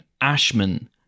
Ashman